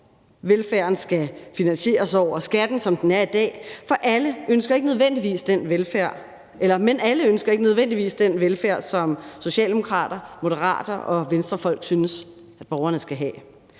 Velfærden skal finansieres over skatten, som den er i dag, men alle ønsker ikke nødvendigvis den velfærd, som socialdemokrater, moderater og Venstrefolk synes at borgerne skal have.